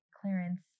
clearance